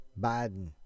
Biden